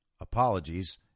apologies